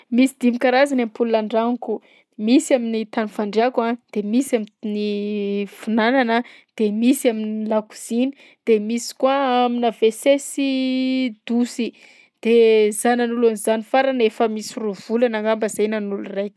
Misy dimy karazany ampola an-dragnoko: misy amin'ny tany fandriàko a de misy am- ny fihinanana de misy am'lakozia de misy koa aminà WC sy dosy. De za nanolo an'zany farany efa misy roa volana ngamba ay nanolo raiky.